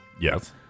Yes